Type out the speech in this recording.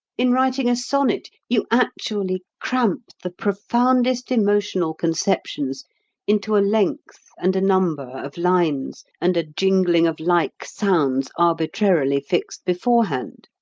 in writing a sonnet you actually cramp the profoundest emotional conceptions into a length and a number of lines and a jingling of like sounds arbitrarily fixed beforehand!